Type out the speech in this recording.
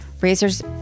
Razors